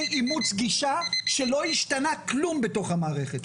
אימוץ גישה שלא השתנה כלום בתוך המערכת.